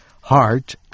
heart